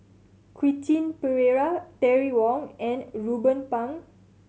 Quentin Pereira Terry Wong and Ruben Pang